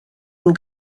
and